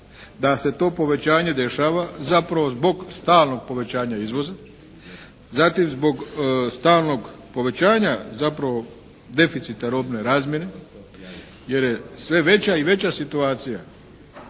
da se to povećanje dešava zapravo zbog stalnog povećanja izvoza, zatim zbog stalnog povećanja zapravo deficita robne razmjene jer je sve veća i veća situacija